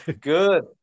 Good